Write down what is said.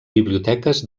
biblioteques